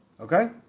Okay